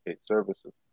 Services